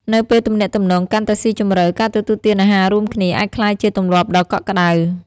នៅពេលទំនាក់ទំនងកាន់តែស៊ីជម្រៅ ការទទួលទានអាហាររួមគ្នាអាចក្លាយជា ទម្លាប់ដ៏កក់ក្តៅ។